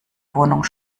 wohnung